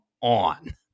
on